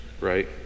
right